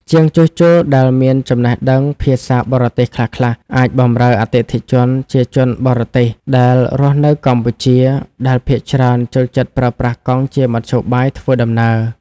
ជាងជួសជុលដែលមានចំណេះដឹងភាសាបរទេសខ្លះៗ អាចបម្រើអតិថិជនជាជនបរទេសដែលរស់នៅកម្ពុជា ដែលភាគច្រើនចូលចិត្តប្រើប្រាស់កង់ជាមធ្យោបាយធ្វើដំណើរ។